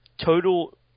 Total